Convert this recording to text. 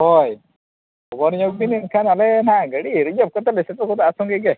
ᱦᱳᱭ ᱠᱷᱚᱵᱚᱨ ᱧᱚᱜ ᱵᱤᱱ ᱮᱱᱠᱷᱟᱱ ᱟᱞᱮ ᱱᱟᱦᱟᱜ ᱜᱟᱹᱰᱤ ᱨᱤᱡᱟᱨᱵᱽ ᱠᱟᱛᱮᱰ ᱞᱮ ᱥᱮᱴᱮᱨ ᱜᱚᱫᱚᱜᱼᱟ ᱥᱚᱝᱜᱮ ᱜᱮ